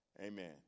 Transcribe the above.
Amen